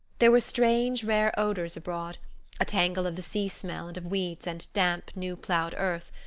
there were strange, rare odors abroad a tangle of the sea smell and of weeds and damp, new-plowed earth,